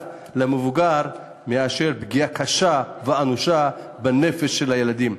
במבוגר מפגיעה קשה ואנושה בנפש של הילדים.